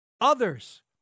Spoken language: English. Others